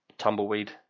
Tumbleweed